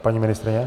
Paní ministryně?